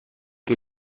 que